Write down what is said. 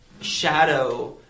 shadow